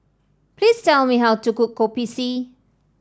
please tell me how to cook Kopi C